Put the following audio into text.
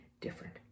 different